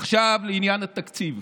עכשיו לעניין התקציב.